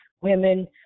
women